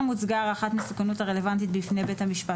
הוצגה הערכת מסוכנות רלוונטית בפני בית המשפט,